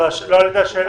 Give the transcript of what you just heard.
לא הייתה השאלה.